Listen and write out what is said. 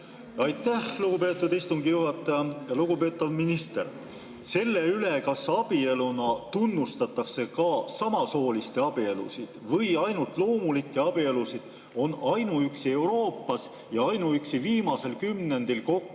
Aitäh, lugupeetud istungi juhataja! Lugupeetav minister! Selle üle, kas abieluna tunnustatakse ka samasooliste abielusid või ainult loomulikke abielusid, on ainuüksi Euroopas ja ainuüksi viimasel kümnendil kokku